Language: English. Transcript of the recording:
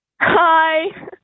Hi